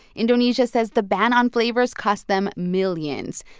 indonesia says the ban on flavors cost them millions.